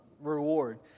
reward